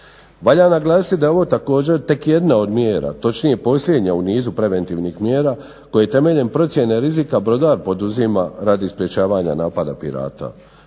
Valja naglasiti da je ovo također tek jedna od mjera, točnije posljednja u nizu preventivnih mjera koje temeljem procjene rizika brodova poduzima radi sprečavanja napada pirata.